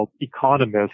economists